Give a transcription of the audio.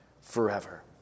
forever